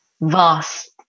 vast